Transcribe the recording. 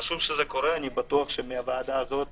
אני בטוח שמהוועדה הזאת